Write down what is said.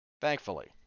Thankfully